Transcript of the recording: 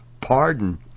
pardon